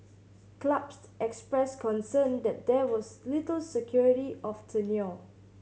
clubs expressed concern that there was little security of tenure